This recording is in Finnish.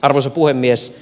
arvoisa puhemies